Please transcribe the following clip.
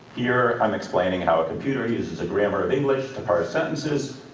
here, i'm explaining how a computer uses a grammar english to parse sentences,